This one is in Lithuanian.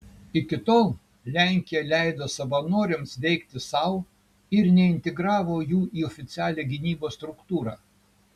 iki tol lenkija leido savanoriams veikti sau ir neintegravo jų į oficialią gynybos struktūrą